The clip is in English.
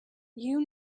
you